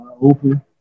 open